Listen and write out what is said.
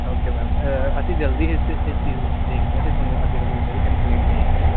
okay ma'am ਅਸੀਂ ਜਲਦੀ ਇਸ ਚੀਜ਼ ਦੇ ਉੱਤੇ ਦੇਖਦੇ ਹਾਂ ਅਤੇ ਤੁਹਾਨੂੰ ਅੱਗੇ ਤੋਂ ਕੋਈ ਇੱਦਾਂ ਦੀ ਕੰਪਲੇਂਨ ਨਹੀਂ ਆਏਗੀ